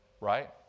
Right